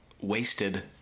wasted